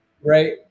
right